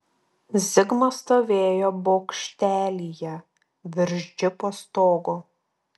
zigmas stovėjo bokštelyje virš džipo stogo